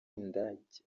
indake